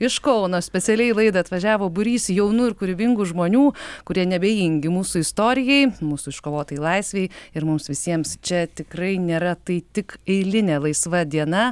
iš kauno specialiai į laidą atvažiavo būrys jaunų ir kūrybingų žmonių kurie neabejingi mūsų istorijai mūsų iškovotai laisvei ir mums visiems čia tikrai nėra tai tik eilinė laisva diena